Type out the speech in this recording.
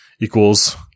equals